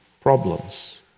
problems